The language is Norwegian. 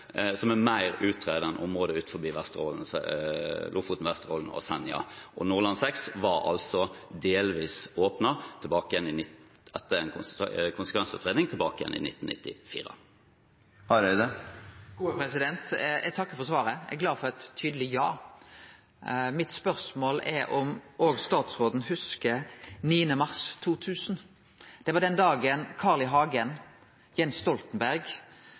som er mer utredet enn området utenfor Lofoten, Vesterålen og Senja. Nordland VI var altså delvis åpnet etter en konsekvensutredning tilbake i 1994. Eg takker for svaret. Eg er glad for eit tydeleg ja. Mitt spørsmål er om også statsråden hugsar 9. mars 2000. Det var den dagen Carl I. Hagen, Jens Stoltenberg